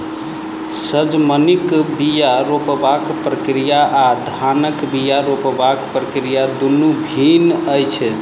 सजमनिक बीया रोपबाक प्रक्रिया आ धानक बीया रोपबाक प्रक्रिया दुनु भिन्न अछि